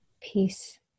Peace